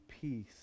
peace